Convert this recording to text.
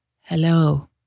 hello